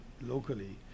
locally